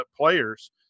players